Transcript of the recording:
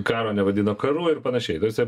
karo nevadino karu ir panašiai ta prasme